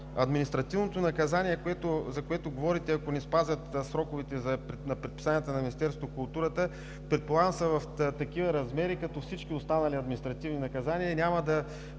Административните наказания, за които говорите, ако не спазят сроковете на предписанията на Министерството на културата, предполагам, са в такива размери като всички останали административни наказания и няма да